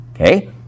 okay